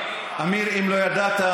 אם לא ידעת,